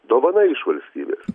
dovana iš valstybės